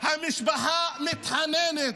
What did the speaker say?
המשפחה מתחננת,